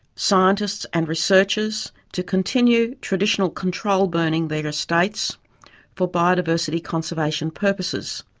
scientists and researchers, to continue traditional control-burning their estates for biodiversity conservation purposes.